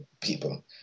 people